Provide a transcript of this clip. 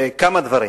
כמה דברים: